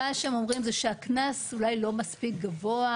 מה שהם אומרים זה שהקנס אולי לא מספיק גבוה.